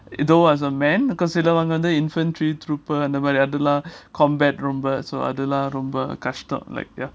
it though as a man consider சிலவங்க வந்து:silavanga vandhu infantry trooper அந்த மாதிரி அதுலாம்:andha madhiri adhulam combat ரொம்ப அதுலாம் ரொம்ப கஷ்டம்:romba adhulam romba kastam like ya